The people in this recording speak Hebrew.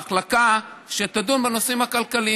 מחלקה שתדון בנושאים הכלכליים,